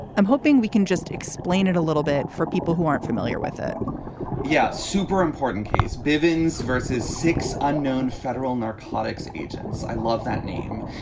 i'm hoping we can just explain it a little bit. for people who aren't familiar with it yeah. super important case. bivins versus six unknown federal narcotics agents. i love that name.